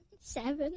Seven